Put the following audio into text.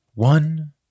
One